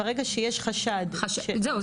ברגע שיש חשד --- זהו,